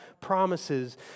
promises